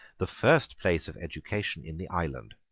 the first place of education in the island,